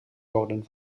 worden